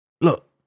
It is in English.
Look